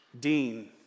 Dean